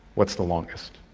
what's the longest?